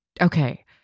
Okay